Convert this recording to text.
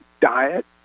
diet